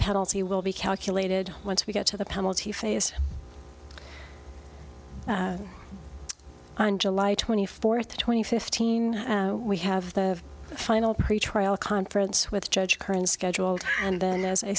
penalty will be calculated once we get to the penalty phase on july twenty fourth twenty fifteen we have the final pretrial conference with judge current scheduled and then as i